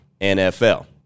nfl